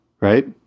Right